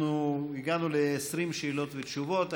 הגענו ל-20 שאלות ותשובות.